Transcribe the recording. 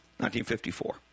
1954